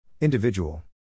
Individual